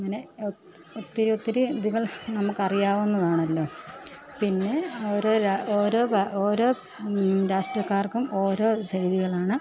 ഇങ്ങനെ ഒത്തിരി ഒത്തിരി ഇതുകൾ നമക്കറിയാവുന്നതാണല്ലോ പിന്നെ ഓരോ ഓരോ ഓരോ രാഷ്ട്രീയക്കാർക്കും ഓരോ ചെയ്തികളാണ്